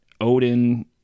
odin